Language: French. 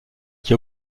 qui